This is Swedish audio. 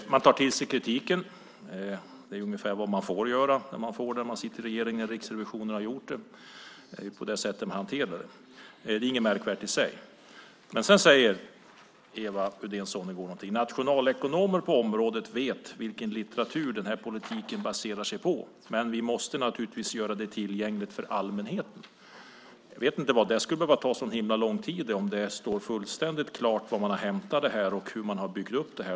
Man tar till sig kritiken. Det är ungefär vad man får göra när man sitter i regeringen när det gäller Riksrevisionens slutsatser. Det är på det sättet man hanterar detta. Det är inget märkvärdigt i sig. Men sedan säger Eva Uddén Sonnegård: "Nationalekonomer på området vet vilken litteratur den här politiken baserar sig på, men vi måste naturligtvis göra det tillgängligt för allmänheten." Jag vet inte varför det ska behöva ta så lång tid om det står fullständigt klart var man har hämtat detta och hur man har byggt upp detta.